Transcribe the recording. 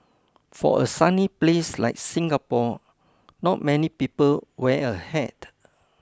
for a sunny place like Singapore not many people wear a hat